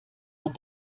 man